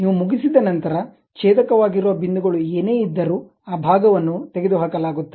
ನೀವು ಮುಗಿಸಿದ ನಂತರ ಛೇದಕ ವಾಗಿರುವ ಬಿಂದುಗಳು ಏನೇ ಇದ್ದರು ಆ ಭಾಗವನ್ನು ತೆಗೆದುಹಾಕಲಾಗುತ್ತದೆ